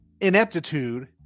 ineptitude